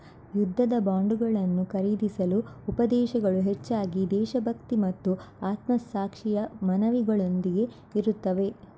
ಯುದ್ಧದ ಬಾಂಡುಗಳನ್ನು ಖರೀದಿಸಲು ಉಪದೇಶಗಳು ಹೆಚ್ಚಾಗಿ ದೇಶಭಕ್ತಿ ಮತ್ತು ಆತ್ಮಸಾಕ್ಷಿಯ ಮನವಿಗಳೊಂದಿಗೆ ಇರುತ್ತವೆ